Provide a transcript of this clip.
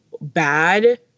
bad